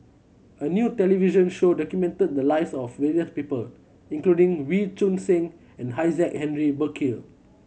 a new television show documented the lives of various people including Wee Choon Seng and Isaac Henry Burkill